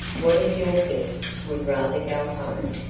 what if your guests would rather go home.